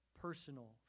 personal